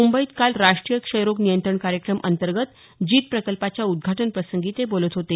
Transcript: मुंबईत काल राष्ट्रीय क्षयरोग नियंत्रण कार्यक्रम अंतर्गत जीत प्रकल्पाच्या उद्घाटनप्रसंगी ते बोलत होते